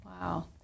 Wow